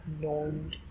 known